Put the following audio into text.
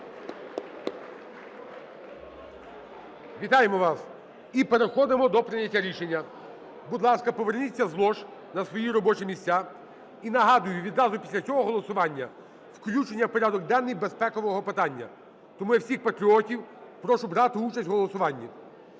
Вітаємо вас. І переходимо до прийняття рішення. Будь ласка, поверніться з лож на свої робочі місця. І нагадую, відразу після цього голосування – включення в порядок денний безпекового питання. Тому я всіх патріотів прошу брати участь в голосуванні.